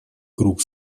круг